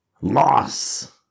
Loss